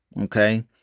Okay